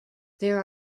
there